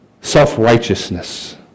self-righteousness